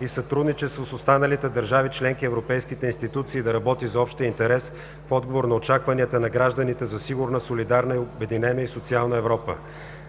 и в сътрудничество с останалите държави членки и европейските институции да работи за общия интерес, в отговор на очакванията на гражданите за сигурна, солидарна, обединена и социална Европа;